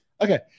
Okay